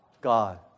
God